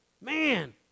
man